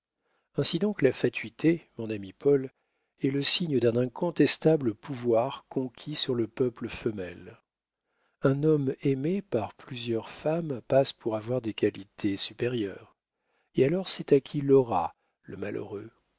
ainsi donc la fatuité mon ami paul est le signe d'un incontestable pouvoir conquis sur le peuple femelle un homme aimé par plusieurs femmes passe pour avoir des qualités supérieures et alors c'est à qui l'aura le malheureux